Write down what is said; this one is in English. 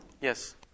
Yes